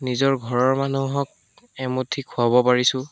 নিজৰ ঘৰৰ মানুহক এমুঠি খোৱাব পাৰিছোঁ